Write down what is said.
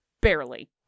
barely